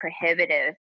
prohibitive